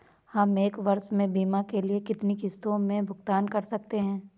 हम एक वर्ष में बीमा के लिए कितनी किश्तों में भुगतान कर सकते हैं?